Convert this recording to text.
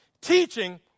Teaching